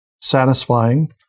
satisfying